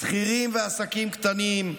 שכירים ועסקים קטנים,